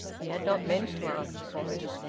he had not meant to ask for it.